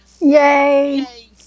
yay